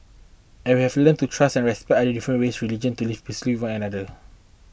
and we have learnt to trust and respect our different races religions to live peacefully with one another